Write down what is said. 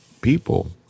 people